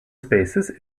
spaces